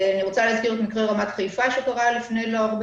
אני רוצה להזכיר את מקרה רמת חיפה שקרה לפני זמן לא רב,